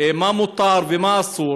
מה מותר ומה אסור,